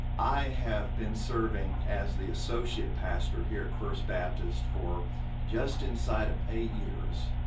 i have been serving as the associate pastor here at first baptist for just inside of eight years.